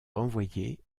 renvoyé